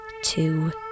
Two